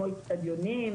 כמו איצטדיונים,